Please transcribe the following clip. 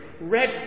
red